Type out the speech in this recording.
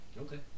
Okay